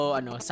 ano